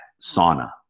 sauna